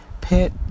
pet